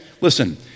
Listen